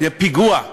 זה פיגוע,